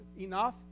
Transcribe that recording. enough